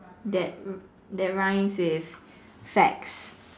that that rhymes with sax